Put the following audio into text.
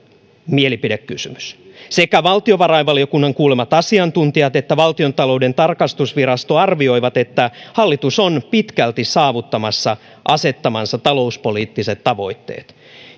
mielipidekysymys sekä valtiovarainvaliokunnan kuulemat asiantuntijat että valtiontalouden tarkastusvirasto arvioivat että hallitus on pitkälti saavuttamassa asettamansa talouspoliittiset tavoitteet